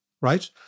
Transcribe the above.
right